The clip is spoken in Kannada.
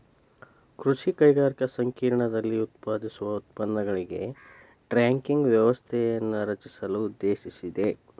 ಕೃಷಿ ಕೈಗಾರಿಕಾ ಸಂಕೇರ್ಣದಲ್ಲಿ ಉತ್ಪಾದಿಸುವ ಉತ್ಪನ್ನಗಳಿಗೆ ಟ್ರ್ಯಾಕಿಂಗ್ ವ್ಯವಸ್ಥೆಯನ್ನು ರಚಿಸಲು ಉದ್ದೇಶಿಸಿದೆ